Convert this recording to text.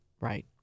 Right